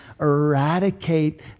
eradicate